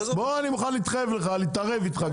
אני מוכן להתחייב לך, להתערב לך.